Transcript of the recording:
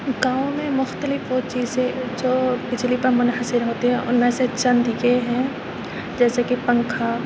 گاؤں میں مختلف وہ چیزیں جو بجلی پر منحصر ہوتی ہیں ان میں سے چند یہ ہیں جیسے کہ پنکھا